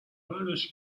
برداشتی